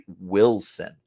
Wilson